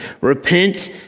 Repent